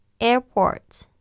Airport